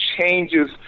changes